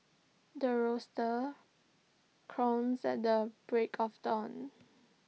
the rooster crowns at the break of dawn